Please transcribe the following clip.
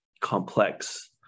complex